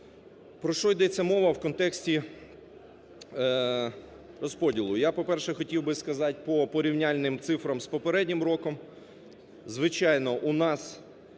Про що йдеться мова в контексті розподілу? Я, по-перше, хотів би сказати по порівняльним цифрам з попереднім роком.